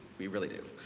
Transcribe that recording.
we really do.